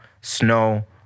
snow